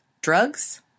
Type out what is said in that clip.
Drugs